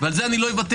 ועל זה אני לא אוותר,